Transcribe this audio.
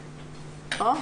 בבקשה.